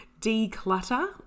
declutter